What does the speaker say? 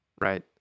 Right